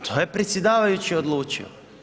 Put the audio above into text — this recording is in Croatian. To je predsjedavajući odlučio.